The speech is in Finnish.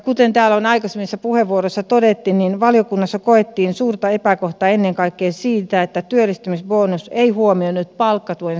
kuten täällä on aikaisemmissa puheenvuoroissa todettu valiokunnassa koettiin suurta epäkohtaa ennen kaikkea siitä että työllistymisbonus ei huomioinut palkkatuen saajia